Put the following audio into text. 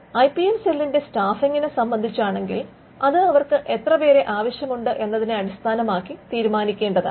I P M സെല്ലിന്റെ സ്റാഫിങ്ങിനെ സംബന്ധിച്ചാണെങ്കിൽ അത് അവർക്ക് എത്ര പേരെ ആവശ്യമുണ്ട് എന്നതിനെ അടിസ്ഥാനമാക്കി തീരുമാനിക്കേണ്ടതാണ്